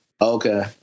Okay